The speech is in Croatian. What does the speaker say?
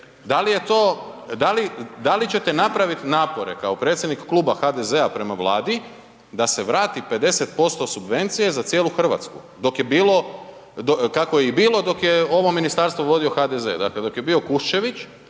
da li ćete napraviti napore, kao predsjednik Kluba HDZ-a prema Vladi, da se vrati 50% subvencije za cijelu Hrvatsku? Dok je bilo, kako je i bilo dok je ovo ministarstvo vodio HDZ, dakle dok je bio Kuščević